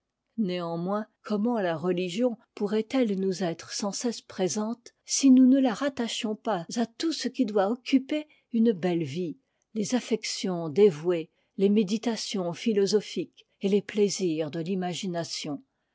néanmoins comment la religion pourrait ette nous être sans cesse présente si nous ne la rattachions pas à tout ce qui doit occuper une belle vie les affections dévouées les méditations philosophiques et les plaisirs de l'imagination